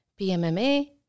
PMMA